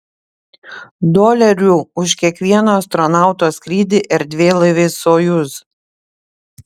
dolerių už kiekvieno astronauto skrydį erdvėlaiviais sojuz